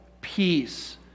peace